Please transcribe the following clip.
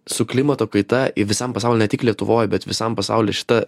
su klimato kaita visam pasauly ne tik lietuvoj bet visam pasauly šita